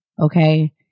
Okay